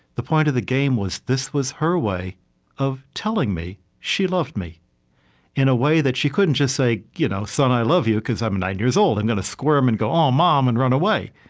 the point of the game was this was her way of telling me she loved me in a way that she couldn't just say, you know son, i love you, because i'm nine years old. i'm going to squirm and go, aw, mom, and run away.